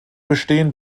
bestehen